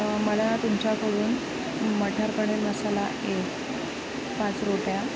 मला तुमच्याकडून मटर पनीर मसाला एक पाच रोट्या